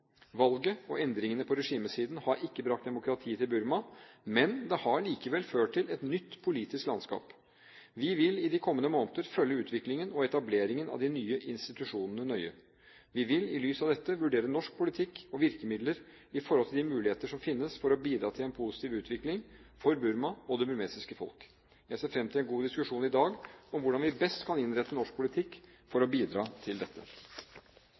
Valget og endringene på regimesiden har ikke brakt demokrati til Burma, men det har likevel ført til et nytt politisk landskap. Vi vil i de kommende måneder følge utviklingen og etableringen av de nye institusjonene nøye. Vi vil i lys av dette vurdere norsk politikk og virkemidler i forhold til de muligheter som finnes for å bidra til en positiv utvikling for Burma og det burmesiske folk. Jeg ser fram til en god diskusjon i dag om hvordan vi best kan innrette norsk politikk for å bidra til dette.